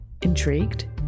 Intrigued